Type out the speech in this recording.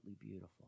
beautiful